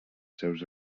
seus